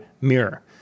mirror